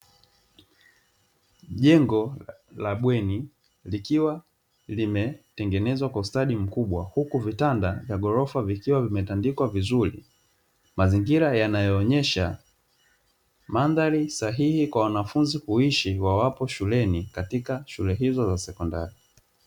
Jengo la bweni likiwa limetengenezwa kwa ustadi mkubwa huku vitanda vya ghorofa vikiwa vimetandikwa vizuri mazingira yanayo onyesha mandhali sahihi kwa wanafunzi kuishi wawapo shuleni katika shule hizo za sekondali.